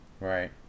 right